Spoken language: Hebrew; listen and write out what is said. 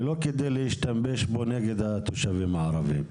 ולא כדי להשתמש בו נגד התושבים הערבים.